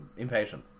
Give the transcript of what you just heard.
Impatient